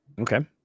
Okay